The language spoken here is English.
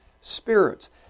spirits